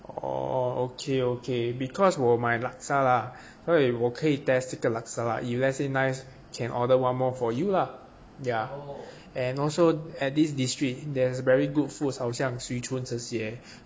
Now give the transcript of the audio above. orh okay okay because 我买 laksa 啦所以我可以 test 这个 laksa lah if let's say nice can order one more for you lah ya and also at this district there's very good foods 好像 swee choon 这些